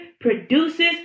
produces